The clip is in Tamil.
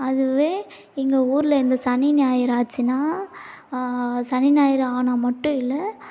அதுவே எங்கள் ஊரில் இந்த சனி ஞாயிறு ஆச்சுன்னா சனி ஞாயிறு ஆனா மட்டும் இல்லை